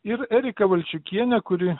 ir eriką valčiukienę kuri